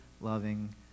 loving